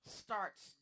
starts